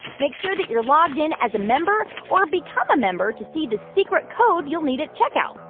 make sure that you're logged in as a member or become a member to see the secret code you'll need at checkout.